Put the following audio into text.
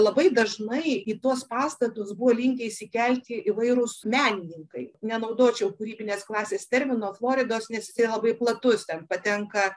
labai dažnai į tuos pastatus buvo linkę įsikelti įvairūs menininkai nenaudočiau kūrybinės klasės termino floridos nes jisai labai platus ten patenka